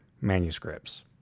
manuscripts